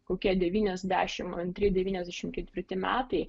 kokie devyniasdešimt antri devyniasdešimt ketvirti metai